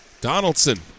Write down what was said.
Donaldson